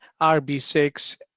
RB6